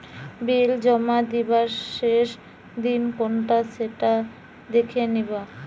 বিল জমা দিবার শেষ দিন কোনটা সেটা দেখে নিবা